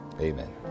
amen